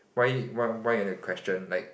why why why you want to question like